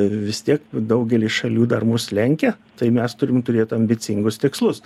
vis tiek daugelis šalių dar mus lenkia tai mes turim turėt ambicingus tikslus